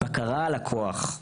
בקרה על הכוח,